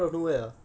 ya